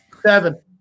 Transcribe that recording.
Seven